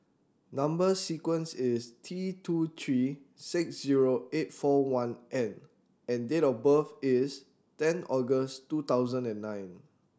number sequence is T two three six zero eight four one N and date of birth is ten August two thousand and nine